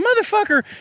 motherfucker